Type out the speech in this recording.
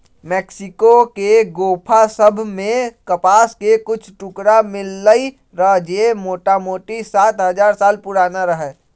Mexico के गोफा सभ में कपास के कुछ टुकरा मिललइ र जे मोटामोटी सात हजार साल पुरान रहै